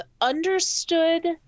understood